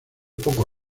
poco